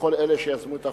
ולכל אלה שיזמו את החוק.